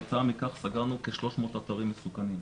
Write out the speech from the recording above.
כתוצאה מכך סגרנו כ-300 אתרים מסוכנים.